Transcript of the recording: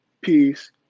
peace